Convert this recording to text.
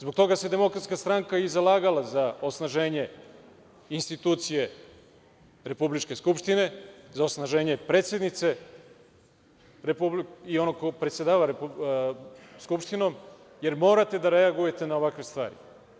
Zbog toga se DS i zalagala za osnaženje institucije republičke Skupštine, za osnaženje predsednice i onog ko predsedava Skupštinom, jer morate da reagujete na ovakve stvari.